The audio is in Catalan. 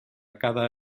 cada